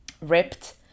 ripped